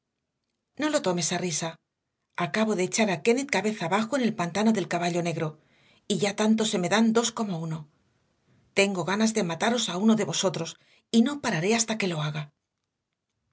no lo tomes a risa acabo de echar a kennett cabeza abajo en el pantano del caballo negro y ya tanto se me dan dos como uno tengo ganas de mataros a uno de vosotros y no pararé hasta que lo haga